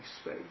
space